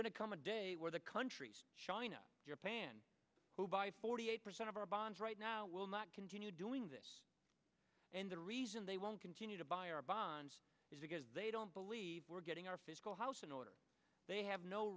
going to come a day where the countries china your pan who buy forty eight percent of our bonds right now will not continue doing this and the reason they won't continue to buy our bonds is because they don't believe we're getting our fiscal house in order they have no